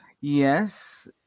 Yes